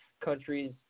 countries